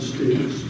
States